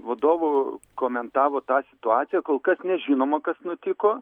vadovų komentavo tą situaciją kol kas nežinoma kas nutiko